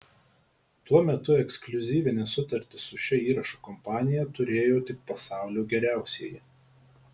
tuo metu ekskliuzyvines sutartis su šia įrašų kompanija turėjo tik pasaulio geriausieji